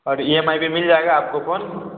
और E M I पर मिल जाएगा आपको फोन